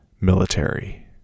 military